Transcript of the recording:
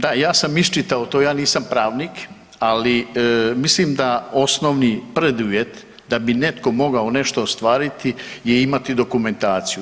Da ja sam iščitao to, ja nisam pravnik ali mislim da osnovni preduvjet da bi netko mogao nešto ostvariti je imati dokumentaciju.